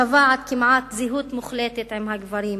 שווה עד כמעט זהות מוחלטת לגברים.